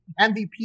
MVP